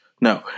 No